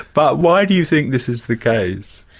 but why do you think this is the case?